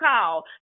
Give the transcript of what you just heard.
call